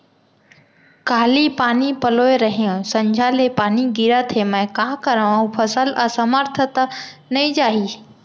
काली पानी पलोय रहेंव, संझा ले पानी गिरत हे, मैं का करंव अऊ फसल असमर्थ त नई जाही?